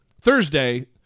Thursday